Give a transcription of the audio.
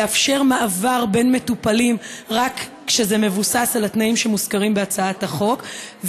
לאפשר מעבר בין מטופלים רק כשזה מבוסס על התנאים שמוזכרים בהצעת החוק,